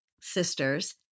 sisters